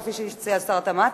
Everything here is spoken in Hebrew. כפי שהציע שר התמ"ת,